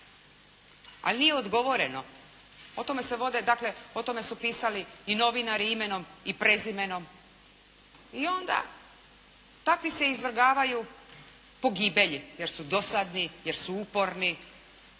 se vode dakle, o tome su pisali i novinari imenom i prezimenom i onda takvi se izvrgavaju pogibelji jer su dosadni, jer su uporni.